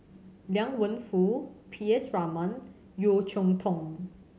Liang Wenfu P S Raman Yeo Cheow Tong